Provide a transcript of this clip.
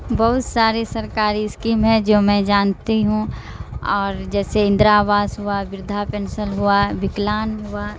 بہت سارے سرکاری اسکیم ہیں جو میں جانتی ہوں اور جیسے اندرا آواس ہوا وردھا پینسن ہوا وکلانگ ہوا